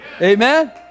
Amen